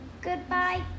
Goodbye